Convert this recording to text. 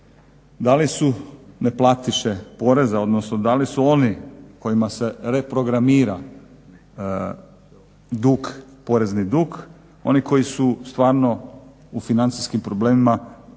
da li su neplatiše poreza, odnosno da li su oni kojima se reprogramira porezni dug oni koji su stvarno u financijskim problemima i